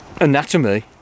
anatomy